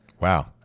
Wow